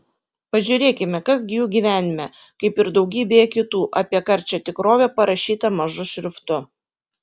pažiūrėkime kas gi jų gyvenime kaip ir daugybėje kitų apie karčią tikrovę parašyta mažu šriftu